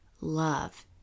love